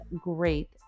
great